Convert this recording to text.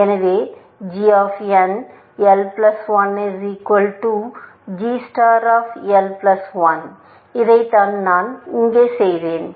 எனவே g of n l plus 1 is equal to g star of l plus one இதைத்தான் நான் இங்கே செய்தேன்